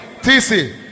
tc